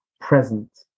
present